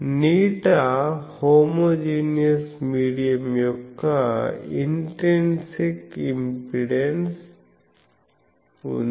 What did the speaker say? η homogeneous medium యొక్క intrinsic impedance ఉంది